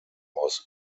was